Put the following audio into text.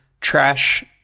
trash